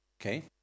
okay